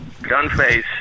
Gunface